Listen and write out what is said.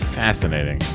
fascinating